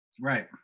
right